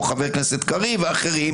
גם חבר הכנסת קריב ואחרים